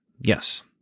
yes